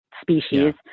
species